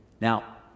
now